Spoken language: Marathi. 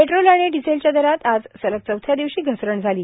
पेट्रोल आणि डिझेलच्या दरात आज सलग चौथ्या दिवशी घसरण झाली